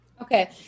Okay